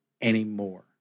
anymore